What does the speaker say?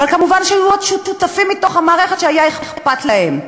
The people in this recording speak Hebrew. אבל מובן שהיו עוד שותפים מתוך המערכת שהיה אכפת להם.